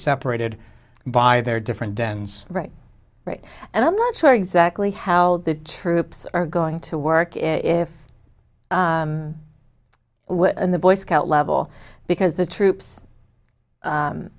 separated by their different dens right right and i'm not sure exactly how the troops are going to work if the boy scout level because the troops